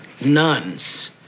nuns